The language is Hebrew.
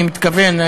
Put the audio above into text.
אני מתכוון,